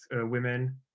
women